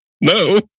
No